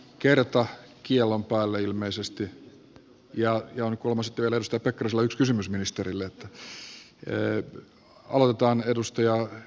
kerta kiellon päälle ilmeisesti ja on kuulemma sitten vielä edustaja pekkarisella yksi kysymys ministerille